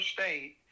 State